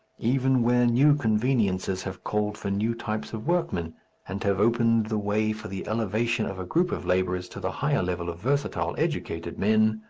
even where new conveniences have called for new types of workmen and have opened the way for the elevation of a group of labourers to the higher level of versatile educated men,